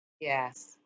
Yes